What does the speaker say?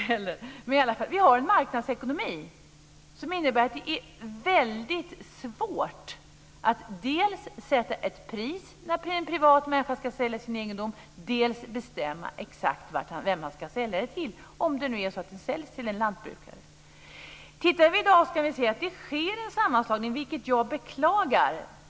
Men vi har i alla fall en marknadsekonomi, som innebär att det är väldigt svårt att dels sätta ett pris när en privat människa ska sälja sin egendom, dels bestämma exakt vem han ska sälja den till om det nu är så att den säljs till en lantbrukare. I dag ser vi att det sker en sammanslagning, vilket jag beklagar.